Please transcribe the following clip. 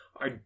I